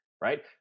right